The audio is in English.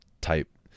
type